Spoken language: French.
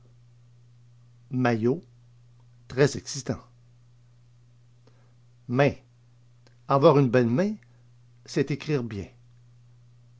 maillot très excitant main avoir une belle main c'est écrire bien